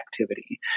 activity